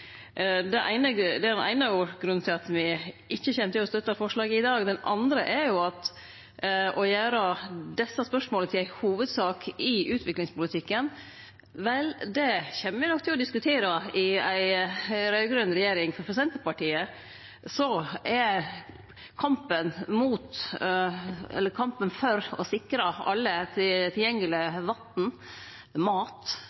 Det er den eine grunnen til at me ikkje kjem til å støtte forslaget i dag. Den andre handlar om å gjere desse spørsmåla til ei hovudsak i utviklingspolitikken. Det kjem me nok til å diskutere i ei raud-grøn regjering, for for Senterpartiet er kampen for å sikre alle tilgjengeleg vatn, mat